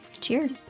cheers